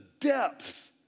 depth